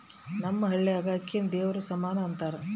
ನಮ್ಮ ಹಳ್ಯಾಗ ಅಕ್ಕಿನ ದೇವರ ಸಮಾನ ಅಂತಾರ